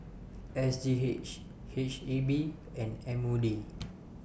S G H H E B and M O D